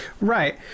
Right